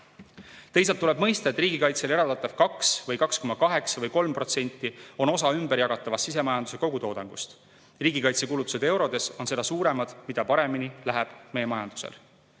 Teisalt tuleb mõista, et riigikaitsele eraldatav 2% või 2,8% või 3% on osa ümberjagatavast sisemajanduse kogutoodangust. Riigikaitsekulutused eurodes on seda suuremad, mida paremini läheb meie majandusel.